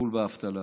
וטיפול באבטלה.